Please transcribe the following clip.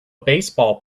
baseball